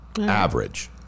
Average